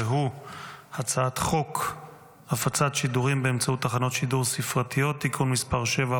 והוא הצעת חוק הפצת שידורים באמצעות תחנות שידור ספרתיות (תיקון מס' 7,